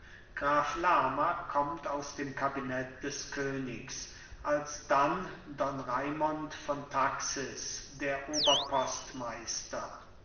graf lerma kommt aus dem kabinett des königs alsdann don raimond von taxis der